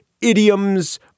idioms